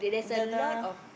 the the